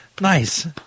nice